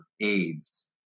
AIDS